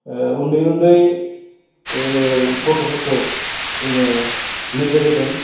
उन्दै उन्दै गथ'फोरखौ जोङो नोजोर होदों